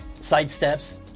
Sidesteps